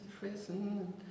prison